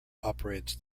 operates